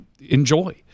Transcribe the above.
enjoy